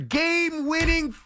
game-winning